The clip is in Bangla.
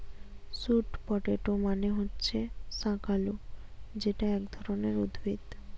স্যুট পটেটো মানে হচ্ছে শাকালু যেটা এক ধরণের উদ্ভিদ